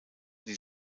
die